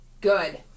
good